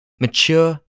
mature